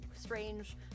strange